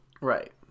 Right